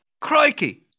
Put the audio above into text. Crikey